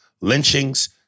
lynchings